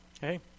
Hey